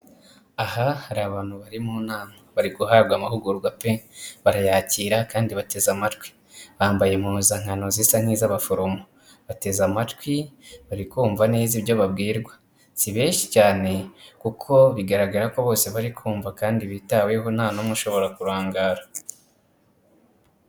Aha hari abantu bari mu nama bari guhabwa amahugurwa pe! Barayakira kandi bateze amatwi bambaye impuzankano zisa n'iz'abaforomo, bateze amatwi barikumva neza ibyo babwirwa si benshi cyane kuko bigaragara ko bose bari kumva kandi bitaweho ntan'umwe ushobora kurangara.